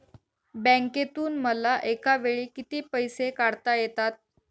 बँकेतून मला एकावेळी किती पैसे काढता येतात?